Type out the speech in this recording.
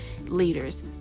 leaders